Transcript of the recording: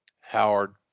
Howard